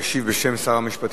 משיב בשם שר המשפטים.